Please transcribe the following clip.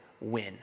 win